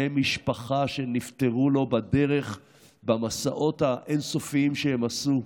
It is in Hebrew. משפחה שלו שנפטרו בדרך במסעות האין-סופיים שהם עשו.